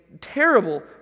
terrible